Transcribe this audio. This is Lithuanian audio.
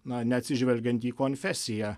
na neatsižvelgiant į konfesiją